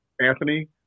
Anthony